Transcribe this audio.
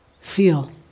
Feel